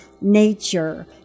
nature